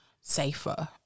safer